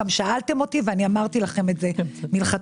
גם שאלתם אותי ואמרתי לכם את זה מלכתחילה,